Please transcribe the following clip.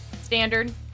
Standard